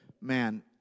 man